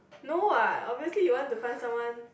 no lah obviously you want to find someone